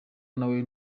nawe